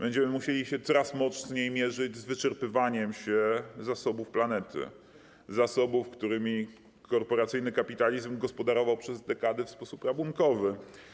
Będziemy musieli się coraz mocniej mierzyć z wyczerpywaniem się zasobów planety, zasobów, którymi korporacyjny kapitalizm gospodarował przez dekady w sposób rabunkowy.